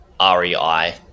rei